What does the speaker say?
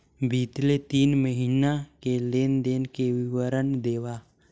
बितले तीन महीना के लेन देन के विवरण देवा?